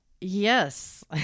Yes